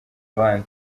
abandi